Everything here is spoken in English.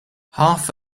half